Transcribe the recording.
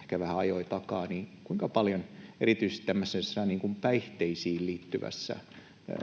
ehkä vähän ajoi takaa. Kuinka paljon erityisesti tämmöisessä päihteisiin liittyvässä